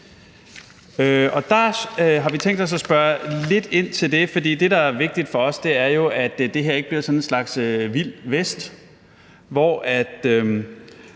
Vi har tænkt os at spørge lidt ind til det, for det, der er vigtigt for os, er jo, at det her ikke bliver sådan en slags det vilde vest, hvor det